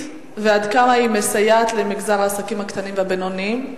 ועד כמה היא מסייעת למגזר העסקים הקטנים והבינוניים.